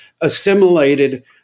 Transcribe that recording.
assimilated